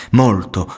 molto